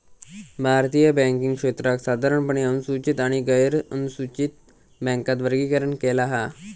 भारतीय बॅन्किंग क्षेत्राक साधारणपणे अनुसूचित आणि गैरनुसूचित बॅन्कात वर्गीकरण केला हा